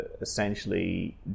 essentially